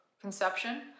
conception